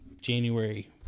January